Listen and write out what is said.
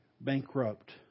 bankrupt